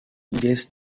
guess